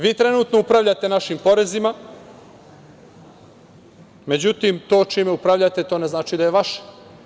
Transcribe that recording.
Vi trenutno upravljate našim porezima, međutim, to čime upravljate to ne znači da je vaše.